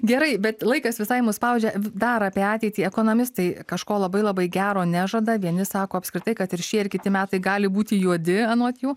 gerai bet laikas visai mus spaudžia dar apie ateitį ekonomistai kažko labai labai gero nežada vieni sako apskritai kad ir šie ir kiti metai gali būti juodi anot jų